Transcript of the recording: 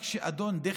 רק שאדון דיכטר,